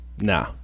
Nah